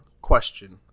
question